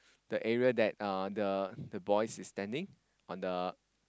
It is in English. the area that uh the the boys is standing on the